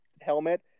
helmet